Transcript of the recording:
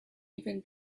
even